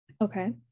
Okay